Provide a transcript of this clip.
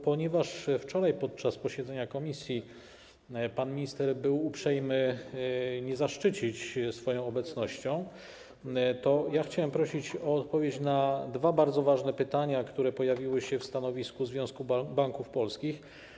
Ponieważ wczoraj podczas posiedzenia komisji pan minister był uprzejmy nie zaszczycić swoją obecnością, to chciałem prosić o odpowiedź na dwa bardzo ważne pytania, które pojawiły się w stanowisku Związku Banków Polskich.